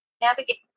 Navigate